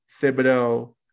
Thibodeau